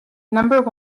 number